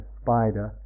spider